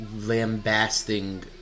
lambasting